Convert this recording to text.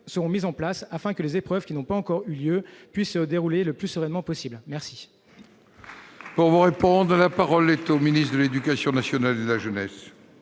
seront mises en place afin que les épreuves n'ayant pas encore eu lieu puissent se dérouler le plus sereinement possible. La